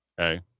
Okay